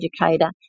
educator